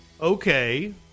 okay